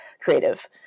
creative